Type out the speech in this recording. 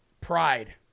Pride